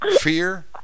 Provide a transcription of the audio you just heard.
fear